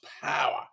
power